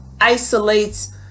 isolates